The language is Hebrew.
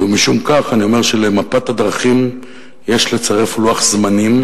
ומשום כך אני אומר שלמפת הדרכים יש לצרף לוח זמנים,